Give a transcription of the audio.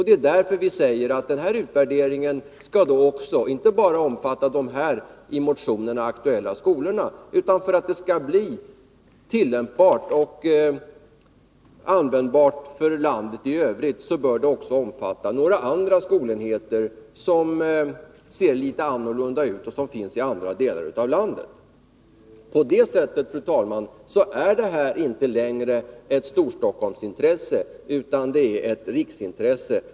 Det är därför vi säger att den här utvärderingen inte bara skall omfatta de i motionen aktuella skolorna, utan för att det skall bli tillämpbart och användbart för landet i övrigt bör den också omfatta några andra skolenheter som ser litet annorlunda ut och finns i andra delar av landet. På det sättet, fru talman, är det här inte längre ett Storstockholmsintresse, utan det är ett riksintresse.